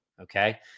Okay